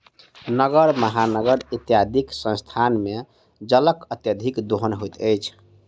नगर, महानगर इत्यादिक स्थान मे जलक अत्यधिक दोहन होइत अछि